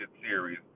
series